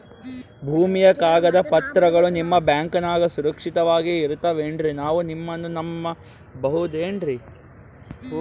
ಭೂಮಿಯ ಕಾಗದ ಪತ್ರಗಳು ನಿಮ್ಮ ಬ್ಯಾಂಕನಾಗ ಸುರಕ್ಷಿತವಾಗಿ ಇರತಾವೇನ್ರಿ ನಾವು ನಿಮ್ಮನ್ನ ನಮ್ ಬಬಹುದೇನ್ರಿ?